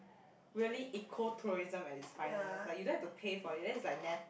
really ecotourism at it's finest like you don't have to pay for it and then is like nat~